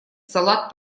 салат